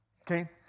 Okay